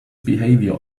behavior